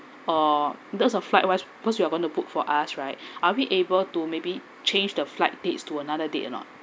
or those of flight wise because you are going to book for us right are we able to maybe change the flight dates to another date or not